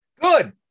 Good